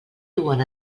duen